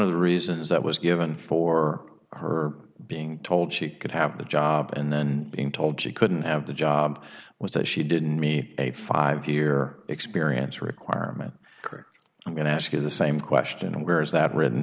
of the reasons that was given for her being told she could have the job and then being told she couldn't have the job was that she didn't me a five year experience requirement or i'm going to ask you the same question where is that written